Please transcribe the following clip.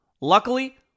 Luckily